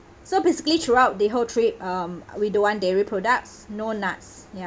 so basically throughout the whole trip um we don't want dairy products no nuts ya